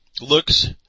Looks